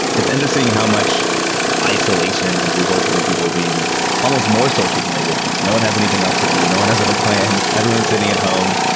it's interesting how much isolation has resulted in people being almost more social than they would be. no one has anything else to do. no one has other plans. everyone's sitting at home.